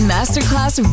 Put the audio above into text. Masterclass